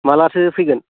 मालाथो फैगोन